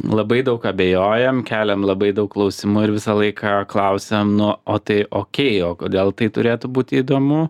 labai daug abejojam keliam labai daug klausimų ir visą laiką klausiam na o tai okei o kodėl tai turėtų būti įdomu